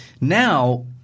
now